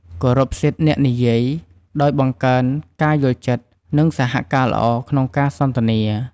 គោរពសិទ្ធិអ្នកនិយាយ ដោយបង្កើនការយល់ចិត្ត និងសហការល្អក្នុងការសន្ទនា។